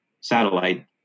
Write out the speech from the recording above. satellite